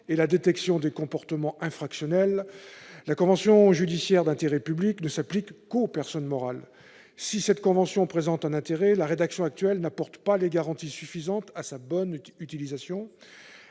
et la détection des comportements infractionnels, la convention judiciaire d'intérêt public ne s'applique qu'aux personnes morales. Si cette convention présente un intérêt, la rédaction actuelle n'apporte pas les garanties suffisantes à sa bonne utilisation